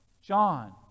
John